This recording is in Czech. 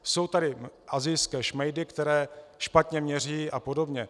Jsou tady asijské šmejdy, které špatně měří a podobně.